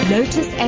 Lotus